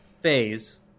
phase